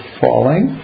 falling